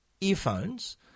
earphones